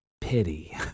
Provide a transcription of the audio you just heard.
pity